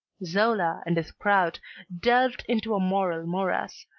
zola and his crowd delved into a moral morass,